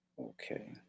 Okay